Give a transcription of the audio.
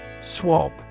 Swap